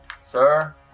sir